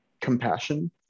compassion